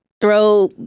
throw